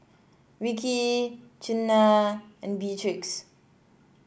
Rickey Chynna and Beatrix